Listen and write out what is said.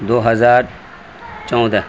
دو ہزار چودہ